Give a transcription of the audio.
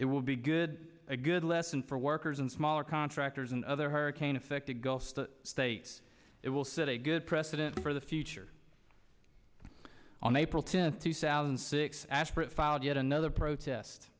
it will be good a good lesson for workers in smaller contractors and other hurricane affected gulf states it will set a good precedent for the future on april tenth two thousand and six aspirant filed yet another protest